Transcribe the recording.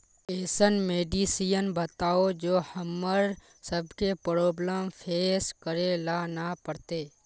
ऐसन मेडिसिन बताओ जो हम्मर सबके प्रॉब्लम फेस करे ला ना पड़ते?